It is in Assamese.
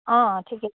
অঁ ঠিকে